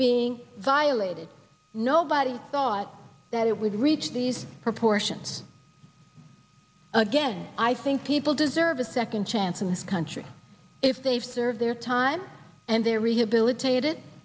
being violated nobody thought that it would reach these proportions again i think people deserve a second chance in this country if they've served their time and they're rehabilitated